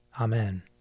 Amen